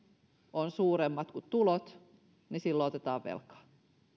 ovat suuremmat kuin tulot niin silloin otetaan velkaa